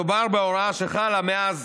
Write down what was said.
מדובר בהוראה שחלה מאז